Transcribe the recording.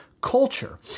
culture